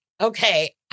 okay